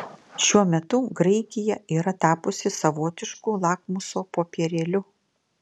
šiuo metu graikija yra tapusi savotišku lakmuso popierėliu